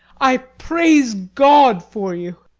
i praise god for you.